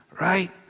right